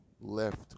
left